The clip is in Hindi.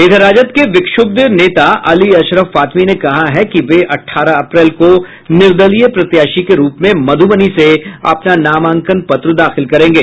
इधर राजद के विक्षुब्ध नेता अली अशरफ फातमी ने कहा है कि वे अठारह अप्रैल को निर्दलीय प्रत्याशी के रूप में मध्रबनी से अपना नामांकन पत्र दाखिल करेंगे